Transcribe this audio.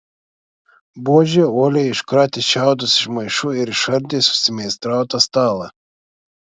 buožė uoliai iškratė šiaudus iš maišų ir išardė susimeistrautą stalą